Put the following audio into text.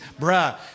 Bruh